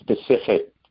specific